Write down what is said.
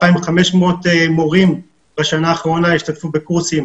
2,500 מורים בשנה האחרונה השתתפו בקורסים